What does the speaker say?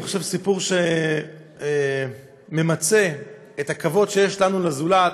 אני חושב שזה סיפור שממצה את הכבוד שיש לנו לזולת: